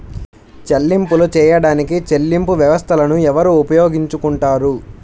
చెల్లింపులు చేయడానికి చెల్లింపు వ్యవస్థలను ఎవరు ఉపయోగించుకొంటారు?